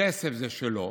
הכסף שלו